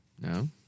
No